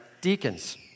deacons